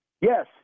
Yes